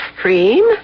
cream